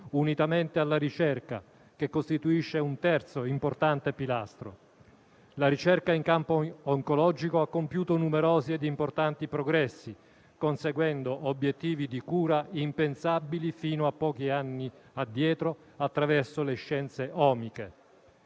unitamente alla ricerca, che costituisce un terzo importante pilastro. La ricerca in campo oncologico ha compiuto numerosi e importanti progressi, conseguendo obiettivi di cura impensabili fino a pochi anni addietro attraverso le scienze omiche.